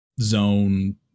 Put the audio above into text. zone